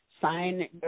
sign